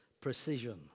precision